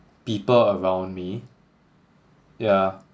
people around me yeah